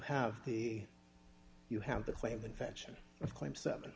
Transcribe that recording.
have the you have the claim invention of claim seven